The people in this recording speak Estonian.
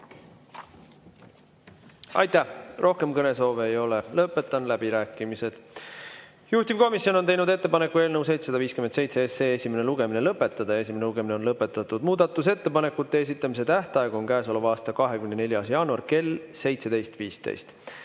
Aitäh! Rohkem kõnesoove ei ole, lõpetan läbirääkimised. Juhtivkomisjon on teinud ettepaneku eelnõu 757 esimene lugemine lõpetada. Esimene lugemine on lõpetatud. Muudatusettepanekute esitamise tähtaeg on käesoleva aasta 24. jaanuar kell 17.15.